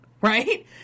right